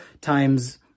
times